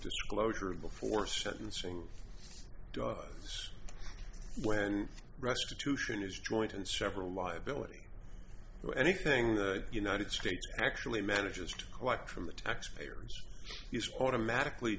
disclosure before sentencing daws when restitution is joint and several liability so anything the united states actually manages to collect from the taxpayers automatically